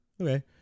okay